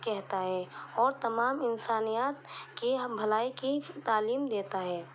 کہتا ہے اور تمام انسانیات کی بھلائی کی تعلیم دیتا ہے